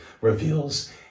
reveals